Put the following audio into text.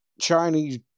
Chinese